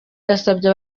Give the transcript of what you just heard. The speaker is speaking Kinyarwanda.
yasabye